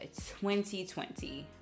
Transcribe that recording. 2020